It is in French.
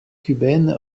cubaine